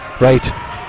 Right